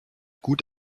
gut